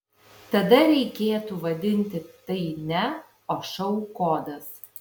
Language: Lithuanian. tada reikėtų vadinti tai ne o šou kodas